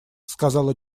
сказала